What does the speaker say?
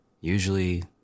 Usually